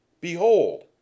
Behold